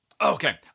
Okay